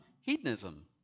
hedonism